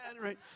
right